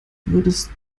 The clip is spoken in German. würdest